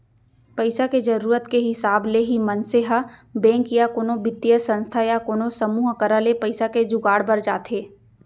पइसा के जरुरत के हिसाब ले ही मनसे ह बेंक या कोनो बित्तीय संस्था या कोनो समूह करा ले पइसा के जुगाड़ बर जाथे